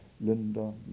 Linda